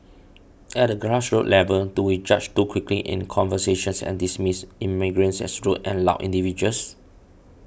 at the grassroots level do we judge too quickly in conversations and dismiss immigrants as rude and loud individuals